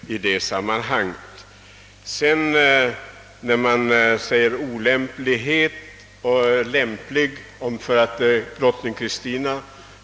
Vad beträffar frågan om drottning Kristina var olämplig eller lämplig som monark därför att hon